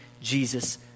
Jesus